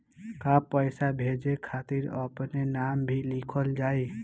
का पैसा भेजे खातिर अपने नाम भी लिकल जाइ?